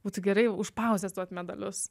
būtų gerai užspausti duoti medalius